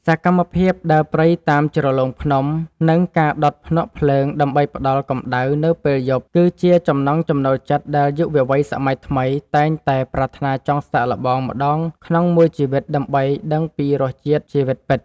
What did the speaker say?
សកម្មភាពដើរព្រៃតាមជ្រលងភ្នំ និង ការដុតភ្នក់ភ្លើងដើម្បីផ្តល់កម្ដៅនៅពេលយប់គឺជាចំណង់ចំណូលចិត្តដែលយុវវ័យសម័យថ្មីតែងតែប្រាថ្នាចង់សាកល្បងម្ដងក្នុងមួយជីវិតដើម្បីដឹងពីរសជាតិជីវិតពិត។